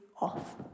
off